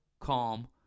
calm